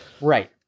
Right